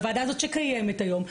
הוועדה הזאת שקיימת היום,